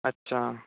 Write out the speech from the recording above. अच्छा